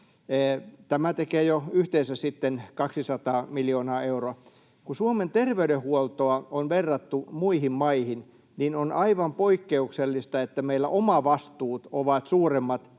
Tämä tekee jo yhteensä sitten 200 miljoonaa euroa. Kun Suomen terveydenhuoltoa on verrattu muihin maihin, niin on aivan poikkeuksellista, että meillä omavastuut ovat suuremmat